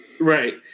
right